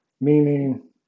meaning